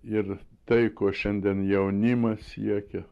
ir tai kuo šiandien jaunimas siekia